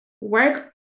work